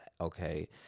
okay